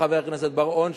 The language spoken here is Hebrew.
חבר הכנסת בר-און,